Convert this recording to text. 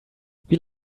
wie